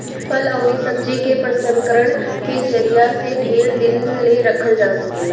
फल अउरी सब्जी के प्रसंस्करण के जरिया से ढेर दिन ले रखल जा सकेला